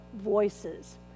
voices